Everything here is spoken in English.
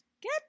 Get